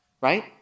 right